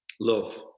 love